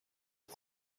est